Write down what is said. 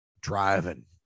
driving